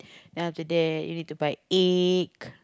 then after that you need to buy egg